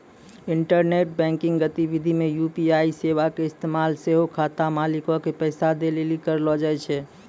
internet banking गतिविधि मे UPI सेबा के इस्तेमाल सेहो खाता मालिको के पैसा दै लेली करलो जाय छै